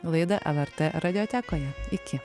laidą lrt radijotekoje iki